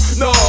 no